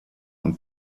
und